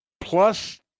plus